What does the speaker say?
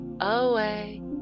away